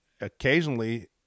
occasionally